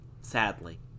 sadly